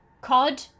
COD